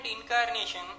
incarnation